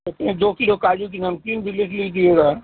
तो फिर दो किलो काजू की नमकीन भी लिख लीजिएगा